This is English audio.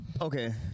Okay